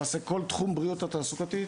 למעשה כל תחום בריאות התעסוקתית